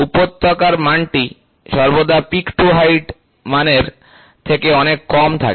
উপত্যকার মানটি সর্বদা পিক টু হাইট মানের থেকে অনেক কম থাকে